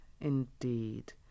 indeed